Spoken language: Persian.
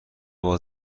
باز